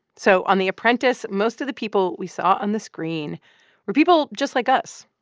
so on the apprentice, most of the people we saw on the screen were people just like us.